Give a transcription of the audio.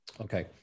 Okay